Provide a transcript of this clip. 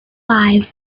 five